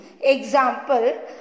Example